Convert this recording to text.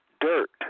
Dirt